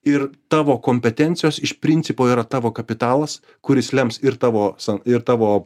ir tavo kompetencijos iš principo yra tavo kapitalas kuris lems ir tavo san ir tavo